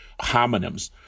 homonyms